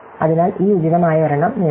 അതിനാൽ ഈ ഉചിതമായ ഒരെണ്ണം നേടുക